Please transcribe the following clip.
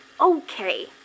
Okay